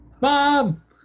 Mom